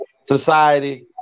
society